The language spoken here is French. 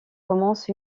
commence